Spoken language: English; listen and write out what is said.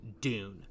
dune